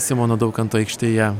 simono daukanto aikštėje